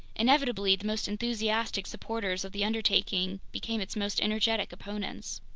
inevitably, the most enthusiastic supporters of the undertaking became its most energetic opponents.